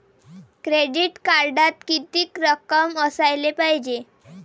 Credit कार्डात कितीक रक्कम असाले पायजे?